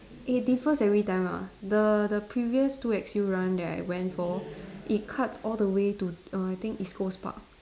it differs every time ah the the previous two X_U runs that I for it cuts all the way to err I think East Coast Park